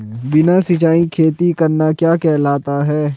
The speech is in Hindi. बिना सिंचाई खेती करना क्या कहलाता है?